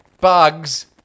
bugs